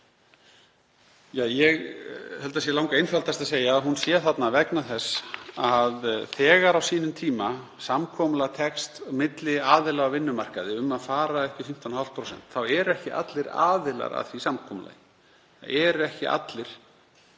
Ég held það sé langeinfaldast að segja að hún sé þarna vegna þess að á sínum tíma þegar samkomulag tókst milli aðila á vinnumarkaði um að fara upp í 15,5% voru ekki allir aðilar að því samkomulagi.